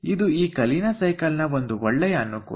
ಇದು ಈ ಕಲೀನಾ ಸೈಕಲ್ ನ ಒಂದು ಒಳ್ಳೆಯ ಅನುಕೂಲ